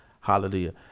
Hallelujah